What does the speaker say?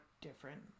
different